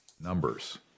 Numbers